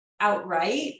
outright